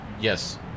yes